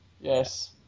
Yes